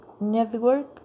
network